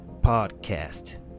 podcast